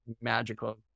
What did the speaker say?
magical